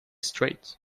straight